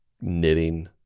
knitting